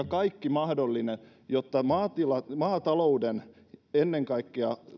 kaikki mahdollinen jotta maatalouden ennen kaikkea